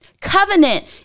Covenant